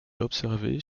observés